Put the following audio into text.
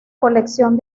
colección